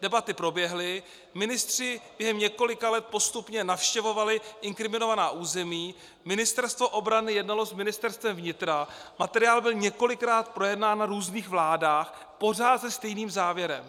Debaty proběhly, ministři během několika let postupně navštěvovali inkriminovaná území, Ministerstvo obrany jednalo s Ministerstvem vnitra, materiál byl několikrát projednán na různých vládách pořád se stejným závěrem.